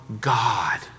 God